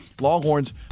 Longhorns